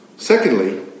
Secondly